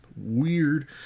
weird